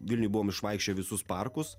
vilniuj buvom išvaikščioję visus parkus